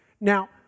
Now